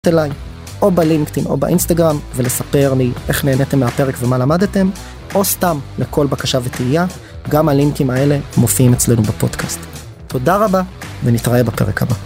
או בלינקדאין או באינסטגרם ולספר לי איך נהניתם מהפרק ומה למדתם, או סתם לכל בקשה ותהייה, גם הלינקים האלה מופיעים אצלנו בפודקאסט. תודה רבה, ונתראה בפרק הבא.